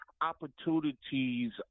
opportunities